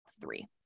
three